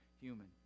human